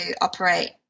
operate